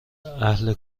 اهل